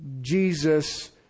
Jesus